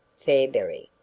fairberry,